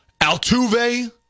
Altuve